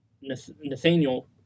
Nathaniel